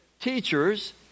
Teachers